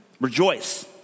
Rejoice